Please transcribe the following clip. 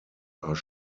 are